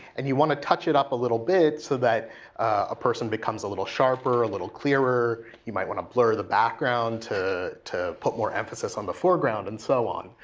and you want to touch it up a little bit so that a person becomes a little sharper, a little clearer. you might want to blur the background to to put more emphasis on the foreground and so on.